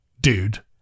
dude